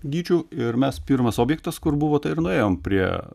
gyčiu ir mes pirmas objektas kur buvo tai ir nuėjom prie